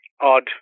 odd